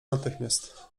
natychmiast